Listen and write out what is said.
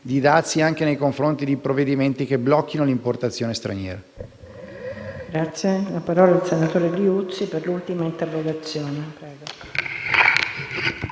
di dazi e nei confronti di provvedimenti che blocchino l'importazione straniera.